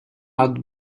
had